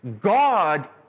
God